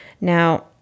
Now